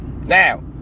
Now